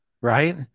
Right